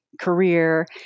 career